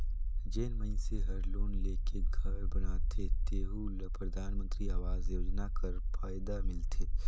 जेन मइनसे हर लोन लेके घर बनाथे तेहु ल परधानमंतरी आवास योजना कर फएदा मिलथे